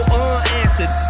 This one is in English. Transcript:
unanswered